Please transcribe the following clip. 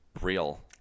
real